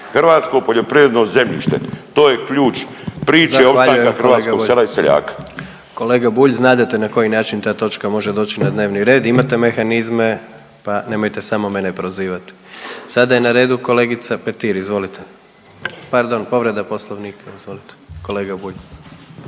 hrvatskog sela i seljaka. **Jandroković, Gordan (HDZ)** Kolega Bulj, znadete na koji način ta točka može doći na dnevni red, imate mehanizme, pa nemojte samo mene prozivati. Sada je na redu kolegica Petir, izvolite. Pardon, povreda poslovnika, izvolite kolega Bulj.